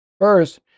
First